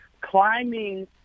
climbing